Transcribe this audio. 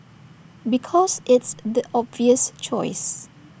because it's the obvious choice